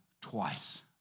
twice